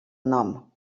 nom